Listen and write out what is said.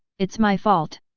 it's my fault!